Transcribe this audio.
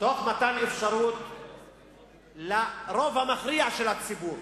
תוך מתן אפשרות לרוב המכריע של הציבור